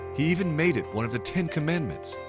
he even made it one of the ten commandments!